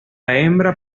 hembra